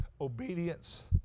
obedience